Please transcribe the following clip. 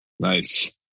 Nice